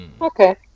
Okay